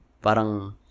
Parang